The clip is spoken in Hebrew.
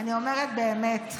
אני אומרת באמת,